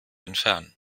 entfernen